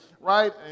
right